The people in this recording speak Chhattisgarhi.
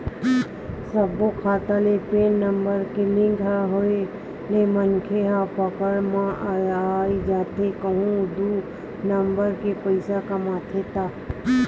सब्बो खाता ले पेन नंबर के लिंक के होय ले मनखे ह पकड़ म आई जाथे कहूं दू नंबर के पइसा कमाथे ता